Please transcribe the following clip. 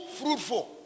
fruitful